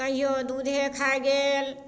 कहियो दूधे खाय गेल